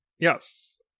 Yes